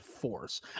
force